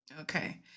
Okay